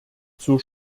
zur